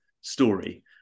story